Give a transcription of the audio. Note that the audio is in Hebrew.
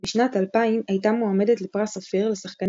בשנת 2000 הייתה מועמדת לפרס אופיר לשחקנית